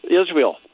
Israel